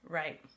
right